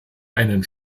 einen